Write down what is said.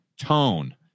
tone